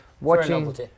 Watching